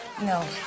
no